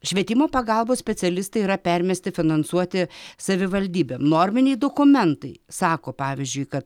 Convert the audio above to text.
švietimo pagalbos specialistai yra permesti finansuoti savivaldybėm norminiai dokumentai sako pavyzdžiui kad